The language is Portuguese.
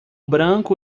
branco